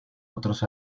otros